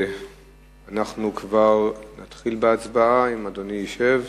אנחנו כבר נתחיל בהצבעה, אם אדוני ישב.